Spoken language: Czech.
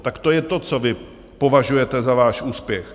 Tak to je to, co vy považujete za váš úspěch.